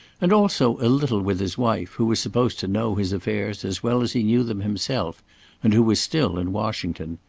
and also a little with his wife, who was supposed to know his affairs as well as he knew them himself and who was still in washington.